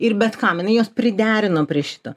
ir bet kam jinai juos priderino prie šito